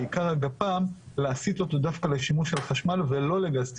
בעיקר הגפ"ם להסיט אותו דווקא לשימוש על חשמל ולא לגז טבעי.